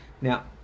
Now